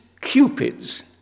cupids